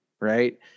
right